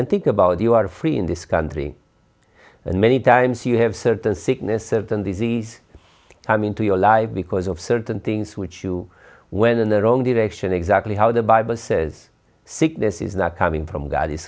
and think about you are free in this country and many times you have certain sickness of them disease come into your life because of certain things which you went in the wrong direction exactly how the bible says sickness is not coming from god is